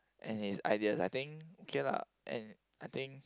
and he is ideal I think okay lah and I think